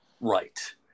Right